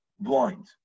blind